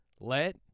Let